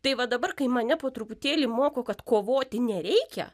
tai va dabar kai mane po truputėlį moko kad kovoti nereikia